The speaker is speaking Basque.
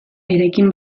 eraikin